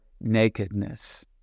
nakedness